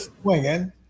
swinging